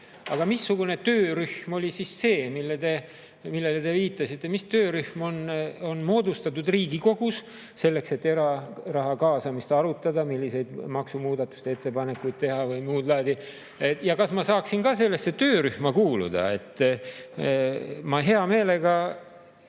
Aga missugune töörühm on see, millele te viitasite? Mis töörühm on moodustatud Riigikogus selleks, et eraraha kaasamist arutada, milliseid maksumuudatuste ettepanekuid teha ja muud laadi [probleeme arutada]? Kas ma saaksin ka sellesse töörühma kuuluda? Ma hea meelega